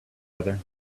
other